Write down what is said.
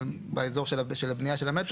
שנמצאים באזור של הבנייה של המטרו.